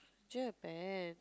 do you have pen